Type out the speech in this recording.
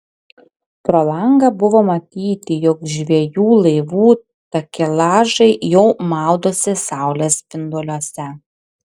pro langą buvo matyti jog žvejų laivų takelažai jau maudosi saulės spinduliuose